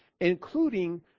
including